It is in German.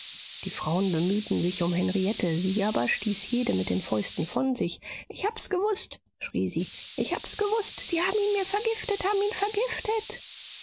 die frauen bemühten sich um henriette sie aber stieß jede mit den fäusten von sich ich hab's gewußt schrie sie ich hab's gewußt sie haben ihn mir vergiftet haben ihn vergiftet